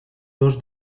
dos